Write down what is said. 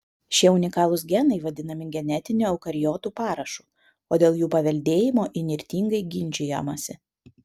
šie unikalūs genai vadinami genetiniu eukariotų parašu o dėl jų paveldėjimo įnirtingai ginčijamasi